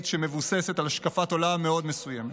שמבוססת על השקפת עולם מאוד מסוימת.